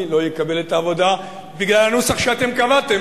לא יקבל את העבודה בגלל הנוסח שאתם קבעתם.